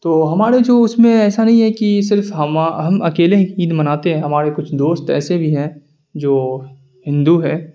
تو ہمارے جو اس میں ایسا نہیں ہے کہ صرف ہم اکیلے ہی عید مناتے ہیں ہمارے کچھ دوست ایسے بھی ہیں جو ہندو ہے